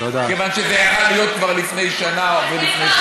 כיוון שזה יכול היה להיות כבר לפני שנה ולפני שנתיים.